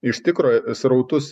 iš tikro srautus